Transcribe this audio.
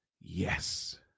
yes